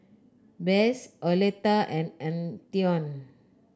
Besse Oleta and Antione